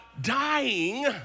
dying